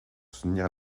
soutenir